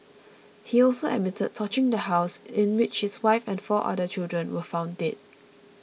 he also admitted torching the house in which his wife and four other children were found dead